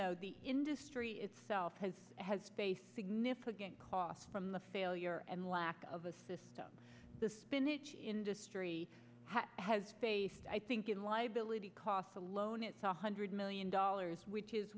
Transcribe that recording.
though the industry itself has has faced significant costs from the failure and lack of a system the spin the industry has faced i think in liability costs alone it's one hundred million dollars which is